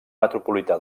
metropolità